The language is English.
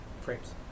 Frames